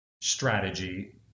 strategy